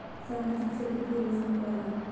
सामाजिक क्षेत्र की योजना क्या है?